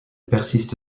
persiste